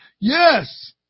Yes